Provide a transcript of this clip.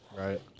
right